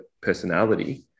personality